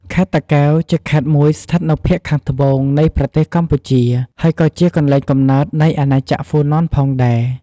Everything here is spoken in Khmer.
ខេត្តតាកែវជាខេត្តមួយស្ថិតនៅភាគខាងត្បូងនៃប្រទេសកម្ពុជា ហើយក៏ជាកន្លែងកំណើតនៃអាណាចក្រហ្វូណនផងដែរ។